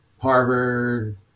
Harvard